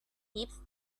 heaps